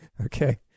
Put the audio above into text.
Okay